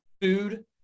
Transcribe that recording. food